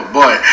boy